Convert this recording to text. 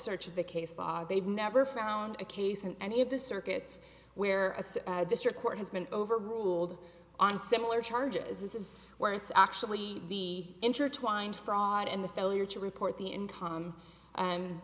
search of the case they've never found a case and if the circuits where as a district court has been overruled on similar charges this is where it's actually the intertwined fraud and the failure to report the income and